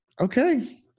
Okay